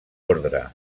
ordre